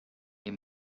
they